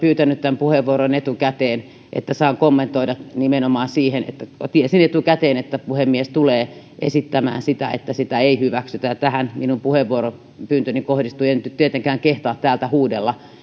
pyytänyt tämän puheenvuoron etukäteen että saan kommentoida nimenomaan siihen tiesin etukäteen että puhemies tulee esittämään sitä että sitä ei hyväksytä ja tähän minun puheenvuoropyyntöni kohdistui en tietenkään kehtaa täältä huudella